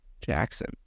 Jackson